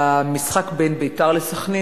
במשחק בין "בית"ר ירושלים"